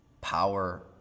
power